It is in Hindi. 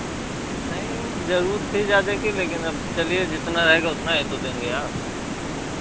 नहीं ज़रूरत थी ज़्यादा की लेकिन अब चलिए जितना रहेगा उतना ही तो देंगे आप